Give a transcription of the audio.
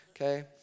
okay